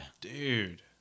Dude